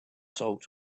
salt